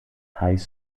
high